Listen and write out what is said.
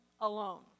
alone